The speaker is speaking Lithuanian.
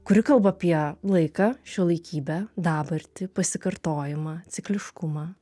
kuri kalba apie laiką šiuolaikybę dabartį pasikartojimą cikliškumą